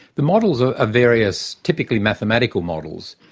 the models are ah various typically mathematical models,